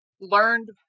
learned